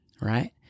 Right